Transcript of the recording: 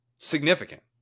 Significant